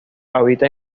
habita